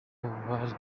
bari